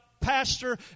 pastor